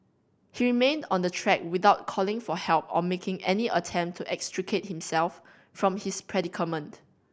he remained on the track without calling for help or making any attempt to extricate himself from his predicament